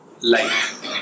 life